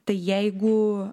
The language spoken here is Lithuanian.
tai jeigu